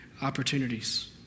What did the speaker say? opportunities